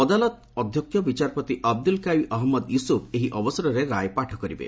ଅଦାଲତୀ ଅଧ୍ୟକ୍ଷ ବିଚାରପତି Abdulqawi Ahmed Yusuf ଏହି ଅବସରରେ ରାୟ ପାଠ କରିବେ